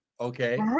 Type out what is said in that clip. Okay